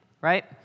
right